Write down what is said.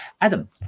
Adam